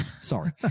Sorry